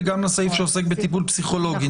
וגם לסעיף שעוסק בטיפול פסיכולוגי,